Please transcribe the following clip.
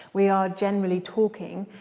we are generally talking,